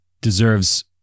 deserves